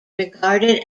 regarded